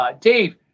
Dave